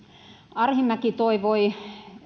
arhinmäki toivoi